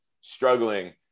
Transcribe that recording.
struggling